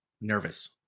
nervous